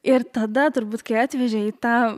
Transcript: ir tada turbūt kai atvežė į tą